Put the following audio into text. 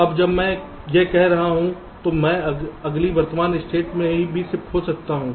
अब जब मैं यह कर रहा था तो मैं अगली वर्तमान स्टेट में भी शिफ्ट हो सकता हूँ